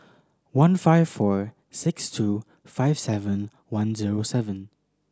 one five four six two five seven one zero seven